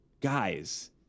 Guys